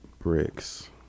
Bricks